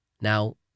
Now